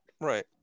Right